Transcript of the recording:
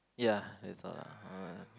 ya that's all lah ah